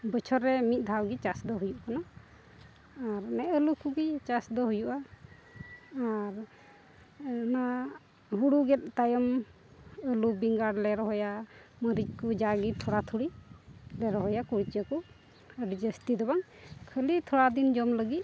ᱵᱚᱪᱷᱚᱨ ᱨᱮ ᱢᱤᱫ ᱫᱷᱟᱣ ᱜᱮ ᱪᱟᱥ ᱫᱚ ᱦᱩᱭᱩᱜ ᱠᱟᱱᱟ ᱟᱨ ᱚᱱᱮ ᱦᱳᱲᱳ ᱠᱚᱜᱮ ᱪᱟᱥ ᱫᱚ ᱦᱩᱭᱩᱜᱼᱟ ᱟᱨ ᱚᱱᱟ ᱦᱳᱲᱳ ᱜᱮᱫ ᱛᱟᱭᱚᱢ ᱟᱹᱞᱩ ᱵᱮᱸᱜᱟᱲ ᱞᱮ ᱨᱚᱦᱚᱭᱟ ᱢᱟᱹᱨᱤᱪ ᱠᱚ ᱡᱟᱜᱮ ᱛᱷᱚᱲᱟ ᱛᱷᱩᱲᱤ ᱞᱮ ᱨᱚᱦᱚᱭᱟ ᱠᱩᱲᱪᱟᱹ ᱠᱚ ᱟᱹᱰᱤ ᱡᱟᱹᱥᱛᱤ ᱫᱚ ᱵᱟᱝ ᱠᱷᱟᱹᱞᱤ ᱛᱷᱚᱲᱟ ᱫᱤᱱ ᱡᱚᱢ ᱞᱟᱹᱜᱤᱫ